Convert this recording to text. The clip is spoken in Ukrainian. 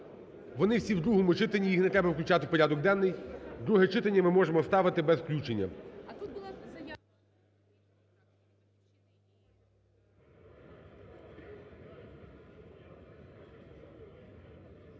Вони всі у другому читанні, їх не треба включати у порядок денний. Друге читання ми можемо ставити без включення.